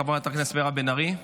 חברת הכנסת מירב בן ארי,